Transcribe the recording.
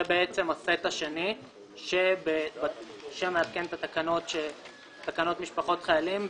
זה הסט השני שמעדכן את תקנות משפחות חיילים.